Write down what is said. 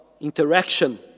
interaction